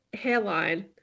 hairline